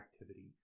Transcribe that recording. activity